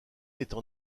étant